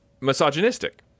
misogynistic